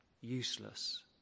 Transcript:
useless